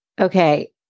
Okay